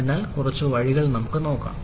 ഇതിനായുള്ള കുറച്ചു വഴികൾ നമുക്ക് നോക്കാം